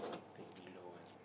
take below one